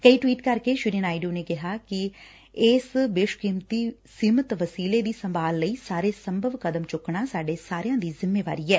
ਕਈ ਟਵੀਟ ਕਰਕੇ ਸ੍ਰੀ ਨਾਇਡੂ ਨੇ ਕਿਹਾ ਕਿ ਇਸ ਬੇਸ਼ਕੀਮਤੀ ਸੀਮਿਤ ਵਸੀਲੇ ਦੀ ਸੰਭਾਲ ਲਈ ਸਾਰੇ ਸੰਭਵ ਕਦਮ ਚੁੱਕਣਾ ਸਾਡੇ ਸਾਰਿਆਂ ਦੀ ਜਿੰਮੇਵਾਰੀ ਐ